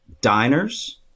diners